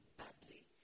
badly